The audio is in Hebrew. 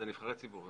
אלה נבחרי ציבור.